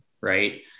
right